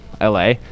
LA